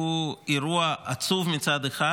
זה שהוא מתקיים כאן הוא אירוע עצוב מצד אחד